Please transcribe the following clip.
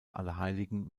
allerheiligen